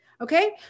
okay